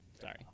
Sorry